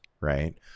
right